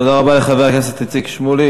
תודה רבה לחבר הכנסת איציק שמולי.